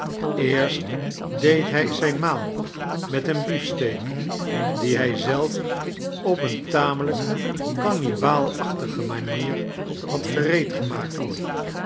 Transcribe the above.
eerst deed hij zijn maal met een beef steak dien hij zelf op een tamelijk kannibaalachtige manier had